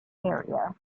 area